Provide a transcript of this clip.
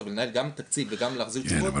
ולנהל גם תקציב וגם להחזיר תשובות --- כן,